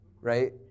right